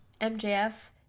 MJF